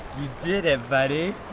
did it buddy,